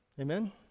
Amen